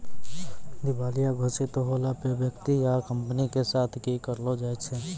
दिबालिया घोषित होला पे व्यक्ति या कंपनी के साथ कि करलो जाय छै?